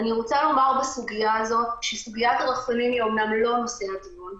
אני רוצה לומר בסוגיה הזאת שסוגיית הרחפנים היא אמנם לא נושא הדיון,